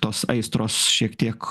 tos aistros šiek tiek